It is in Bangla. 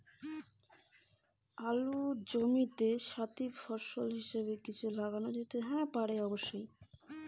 আলুর জমিতে কি সাথি ফসল হিসাবে কিছু লাগানো যেতে পারে?